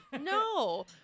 No